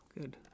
good